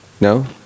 No